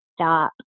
stop